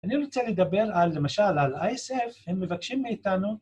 ‫אני רוצה לדבר, למשל, על ISF, ‫הם מבקשים מאיתנו...